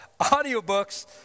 audiobooks